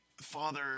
father